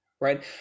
Right